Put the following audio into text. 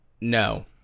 No